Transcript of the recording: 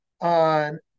on